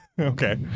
Okay